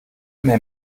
mehr